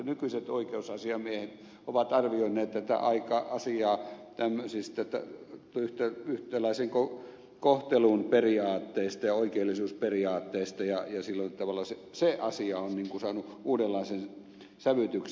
nykyiset oikeusasiamiehet ovat arvioineet tätä asiaa tämmöisistä yhtäläisen kohtelun periaatteista ja oikeellisuusperiaatteista ja sillä tavalla se asia on niin kun saanut uudenlaisen sävytyksen